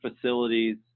facilities